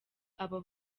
aba